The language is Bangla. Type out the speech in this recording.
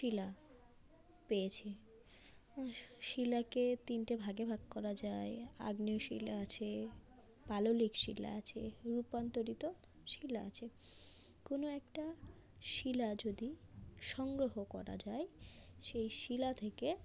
শিলা পেয়েছি শিলাকে তিনটে ভাগে ভাগ করা যায় আগ্নেয় শিলা আছে পাললিক শিলা আছে রূপান্তরিত শিলা আছে কোনো একটা শিলা যদি সংগ্রহ করা যায় সেই শিলা থেকে